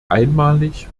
einmalig